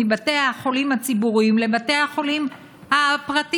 מבתי החולים הציבוריים לבתי החולים הפרטיים,